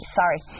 sorry